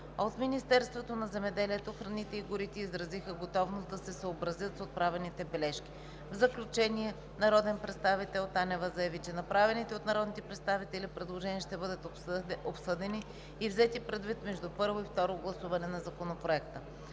От Министерството на земеделието, храните и горите изразиха готовност да се съобразят с отправените бележки. В заключение, народният представител Десислава Танева заяви, че направените от народните представители предложения ще бъдат обсъдени и взети предвид между първо и второ гласуване на Законопроекта.